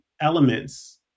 elements